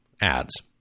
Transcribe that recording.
ads